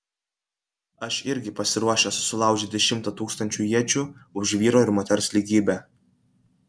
aš irgi pasiruošęs sulaužyti šimtą tūkstančių iečių už vyro ir moters lygybę